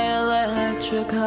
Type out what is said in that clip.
electric